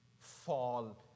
Fall